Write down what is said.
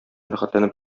рәхәтләнеп